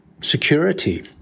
security